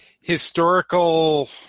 historical